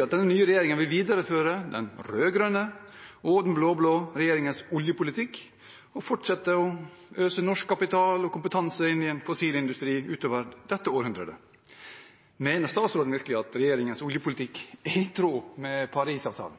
at den nye regjeringen vil videreføre den rød-grønne og den blå-blå regjeringens oljepolitikk og fortsette å øse norsk kapital og kompetanse inn i fossilindustrien. Mener statsråden at regjeringens oljepolitikk er i tråd med Paris-avtalen?»